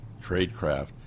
tradecraft